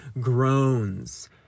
groans